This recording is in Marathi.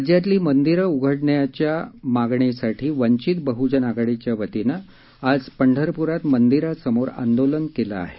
राज्यातली मंदिर उघडण्याच्या मागणीसाठी वंचित बह्जन आघाडीतर्फे आज पंढरपुरात मंदिरासमोर आंदोलन केलं आहे